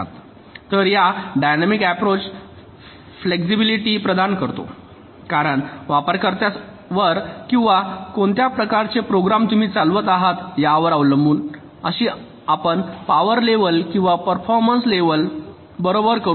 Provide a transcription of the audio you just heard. तर हा dynamic approach flexibility प्रदान करतो कारण वापरकर्त्यावर आणि कोणत्या प्रकारचे प्रोग्राम तुम्ही चालवित आहात यावर अवलंबून अशी आपण पॉवर लेव्हल किंवा परफॉरमेंस लेव्हल बरोबर करू शकता